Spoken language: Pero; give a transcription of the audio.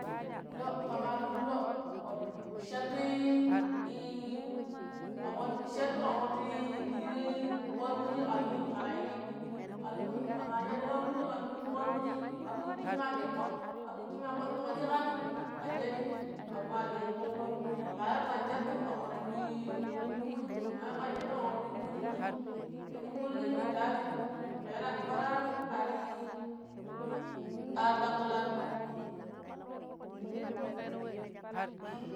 Lo̱, ƙe mar lu lo̱ wattu shattni i-i shattu ƙen wattu lii tuƙu ar wuji ƙen lii. Maii kan lunn kama shadƙi ar wuji ƙen luun tuƙu ar wuji, am shikki maa ɗiƙƙo am shikki kpaɗuƙo ɗiƙeeni ƙen shaɗi ƙen wa li ti fo̱ƙ ma̱ruƙ ma yiiƙo ƙen shattu ƙen wattu ɗummo̱ shikki, maa yiiƙo ƙen shatu ƙen wattu ɗummo shikki. Ta kijimo̱ ta kijimo̱i nda wari lo̱i ta ɓalaani arii ar ɗaƙƙilaanim